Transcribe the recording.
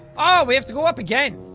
ah we have to go up again.